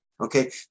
Okay